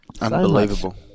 Unbelievable